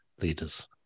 leaders